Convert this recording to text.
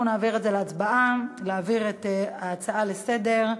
אנחנו נעבור להצבעה אם להעביר את ההצעה לסדר-היום.